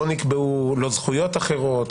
לא נקבעו לא זכויות אחרות,